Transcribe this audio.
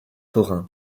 forains